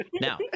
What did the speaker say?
Now